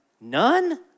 none